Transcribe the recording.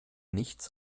nichts